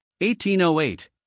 1808